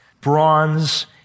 bronze